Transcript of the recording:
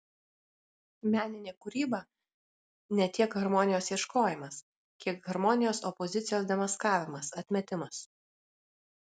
meninė kūryba ne tiek harmonijos ieškojimas kiek harmonijos opozicijos demaskavimas atmetimas